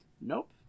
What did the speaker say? Nope